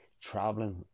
traveling